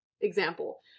example